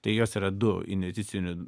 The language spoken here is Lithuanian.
tai jos yra du investicinių